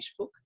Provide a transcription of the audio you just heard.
Facebook